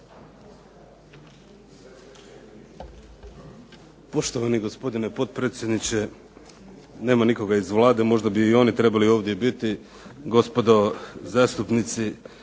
Poštovani gospodine potpredsjedniče. Nema nikoga iz Vlade možda bi i oni trebali ovdje biti, gospodo zastupnici.